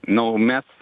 nu mes